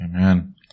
Amen